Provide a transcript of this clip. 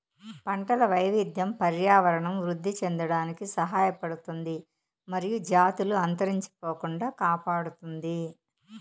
పంటల వైవిధ్యం పర్యావరణం వృద్ధి చెందడానికి సహాయపడుతుంది మరియు జాతులు అంతరించిపోకుండా కాపాడుతుంది